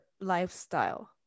lifestyle